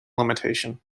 limitation